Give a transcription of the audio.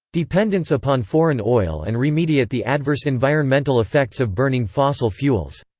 dependence upon foreign oil and remediate the adverse environmental effects of burning fossil fuels.